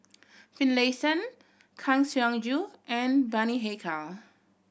Finlayson Kang Siong Joo and Bani Haykal